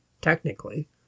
technically